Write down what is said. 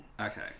Okay